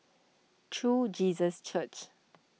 True Jesus Church